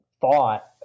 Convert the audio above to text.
thought